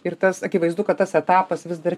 ir tas akivaizdu kad tas etapas vis dar